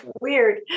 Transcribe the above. weird